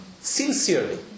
sincerely